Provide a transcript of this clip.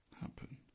happen